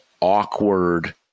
awkward